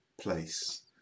place